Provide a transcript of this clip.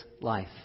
life